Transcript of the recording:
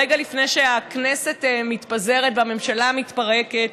רגע לפני שהכנסת מתפזרת והממשלה מתפרקת,